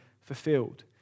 fulfilled